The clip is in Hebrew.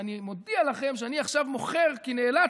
אני מודיע לכם שאני עכשיו מוכר כי נאלצתי.